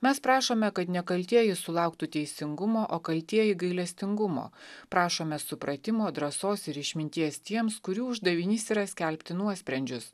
mes prašome kad nekaltieji sulauktų teisingumo o kaltieji gailestingumo prašome supratimo drąsos ir išminties tiems kurių uždavinys yra skelbti nuosprendžius